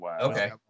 okay